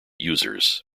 users